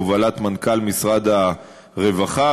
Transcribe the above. בהובלת מנכ"ל משרד הרווחה,